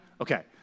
Okay